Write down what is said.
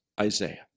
Isaiah